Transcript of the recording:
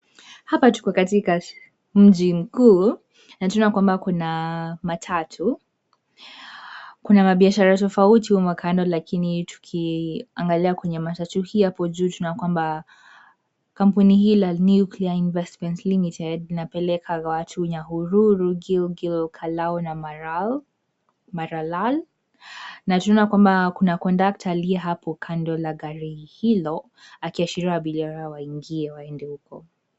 Hapa tuko katika mji mkuu na tunaona kwamba kuna matatu. Kuna mabiashara tofauti humo kando lakini tukiangalia kwenye matatu hii hapo juu tunaona kwamba kampuni hii la Nuclear Investment linapeleka watu Nyahururu, Gilgil, kalau na maralal. Nutunona kwamba kuna kondakta aliye hapo kando la gari hilo akiashiria abiria hao waingie waende huko.